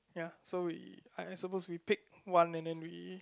ya so we I am supposed to pick one and then we